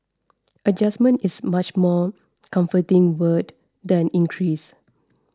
adjustment is much more comforting word than increase